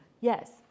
Yes